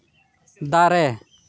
ᱫᱟᱨᱮ